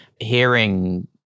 hearing